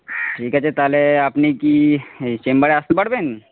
ঠিক আছে তাহলে আপনি কি চেম্বারে আসতে পারবেন